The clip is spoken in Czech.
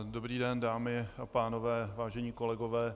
Dobrý den, dámy a pánové, vážení kolegové.